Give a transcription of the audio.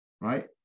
right